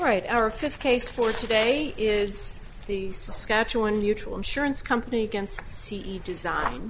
right our fifth case for today is the scotch one neutral insurance company against c e design